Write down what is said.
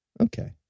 Okay